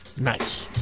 Nice